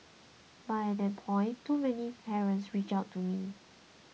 but at that point too many parents reached out to me